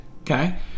okay